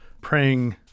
praying